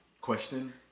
Question